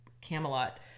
Camelot